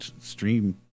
stream